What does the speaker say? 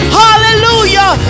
hallelujah